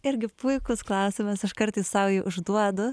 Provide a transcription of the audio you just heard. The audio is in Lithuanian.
irgi puikus klausimas aš kartais sau jį užduodu